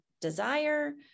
desire